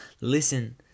Listen